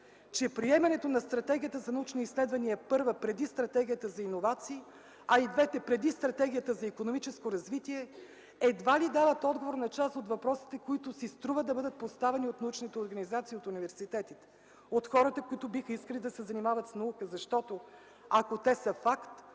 че приемането на Стратегията за научни изследвания е първа преди Стратегията за иновации, а и двете – преди Стратегията за икономическо развитие, едва ли дават отговор на част от въпросите, които си струва да бъдат поставени от научните организации и от университетите, от хората, които биха искали да се занимават с наука. Защото ако те са факт,